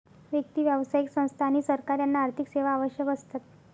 व्यक्ती, व्यावसायिक संस्था आणि सरकार यांना आर्थिक सेवा आवश्यक असतात